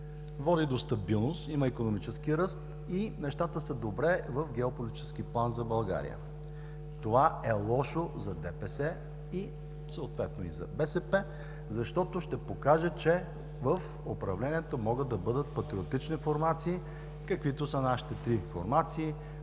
води до стабилност, има икономически ръст и нещата са добре в геополитически план за България. Това е лошо за ДПС, съответно и за БСП, защото ще покаже, че в управлението могат да бъдат патриотични формации, каквито са нашите три формации –